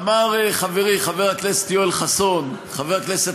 אמר חברי חבר הכנסת יואל חסון, חבר הכנסת